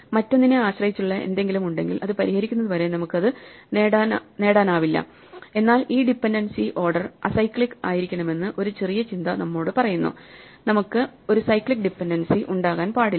മറ്റൊന്നിനെ ആശ്രയിച്ചുള്ള എന്തെങ്കിലും ഉണ്ടെങ്കിൽ അത് പരിഹരിക്കുന്നതുവരെ നമുക്ക് അത് നേടാനാവില്ല എന്നാൽ ഈ ഡിപൻഡൻസി ഓർഡർ അസൈക്ലിക്ക് ആയിരിക്കണമെന്ന് ഒരു ചെറിയ ചിന്ത നമ്മോട് പറയുന്നു നമുക്ക് ഒരു സൈക്ലിക് ഡിപെൻഡൻസി ഉണ്ടാകാൻ പാടില്ല